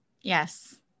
Yes